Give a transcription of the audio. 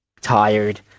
tired